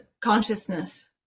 consciousness